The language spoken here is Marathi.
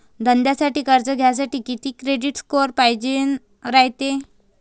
धंद्यासाठी कर्ज घ्यासाठी कितीक क्रेडिट स्कोर पायजेन रायते?